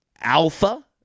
alpha